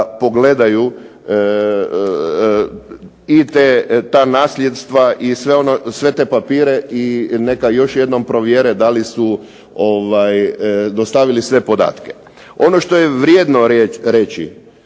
pogledaju i ta nasljedstva i sve te papire i neka još jednom provjere da li su dostavili sve podatke. Ono što je vrijedno reći